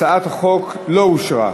הצעת החוק לא אושרה.